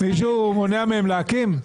מישהו מונע מהם להקים?